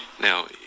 Now